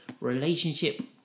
Relationship